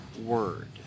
word